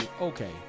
okay